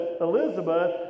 elizabeth